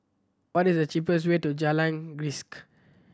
what is the cheapest way to Jalan Grisek